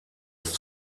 ist